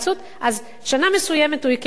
אז שנה מסוימת, הוא הקים את הפרויקט,